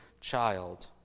child